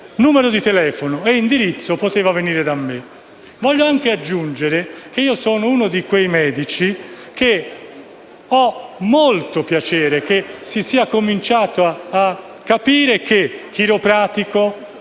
numero di telefono e indirizzo, avrebbe potuto venire da me. Voglio anche aggiungere che sono uno di quei medici che ha molto piacere che si sia cominciato a capire che chiropratico,